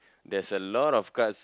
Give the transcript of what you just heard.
there's a lot of cards